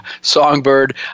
Songbird